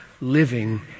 living